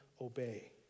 obey